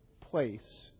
place